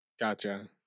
Gotcha